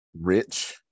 rich